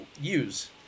use